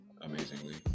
amazingly